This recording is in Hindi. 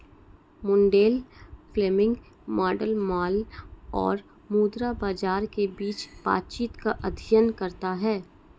मुंडेल फ्लेमिंग मॉडल माल और मुद्रा बाजार के बीच बातचीत का अध्ययन करता है